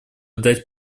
дать